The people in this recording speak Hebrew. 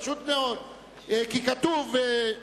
כתוב: